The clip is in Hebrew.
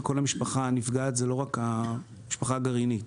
כל המשפחה נפגעת ולא רק המשפחה הגרעינית.